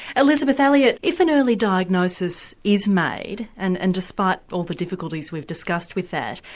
elizabeth elliot, if an early diagnosis is made, and and despite all the difficulties we've discussed with that,